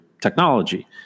technology